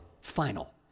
final